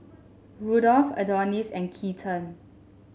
Rudolf Adonis and Keaton